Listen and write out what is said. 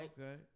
Okay